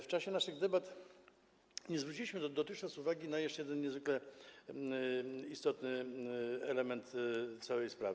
W czasie naszych debat nie zwróciliśmy dotychczas uwagi na jeszcze jeden niezwykle istotny element całej sprawy.